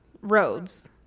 roads